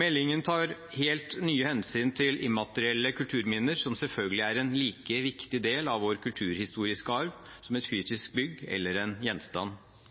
Meldingen tar helt nye hensyn til immaterielle kulturminner, som selvfølgelig er en like viktig del av vår kulturhistoriske arv som et